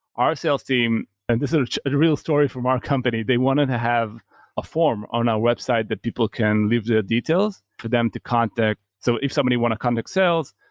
our sales team and this is a real story from our company. they wanted to have a forum on our website that people can leave their details for them to contact. so if somebody wants to contact sales,